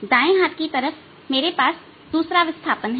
दाएं हाथ की तरफ मेरे पास दूसरा विस्थापन है